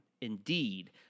Indeed